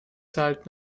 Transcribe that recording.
zahlt